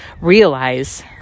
realize